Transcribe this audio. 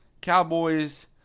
Cowboys